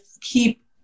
keep